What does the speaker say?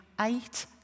eight